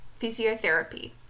physiotherapy